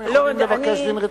הייתם יכולים לבקש דין רציפות.